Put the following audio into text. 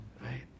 right